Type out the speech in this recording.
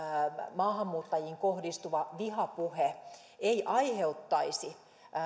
maahanmuuttajiin kohdistuva vihapuhe ei aiheuttaisi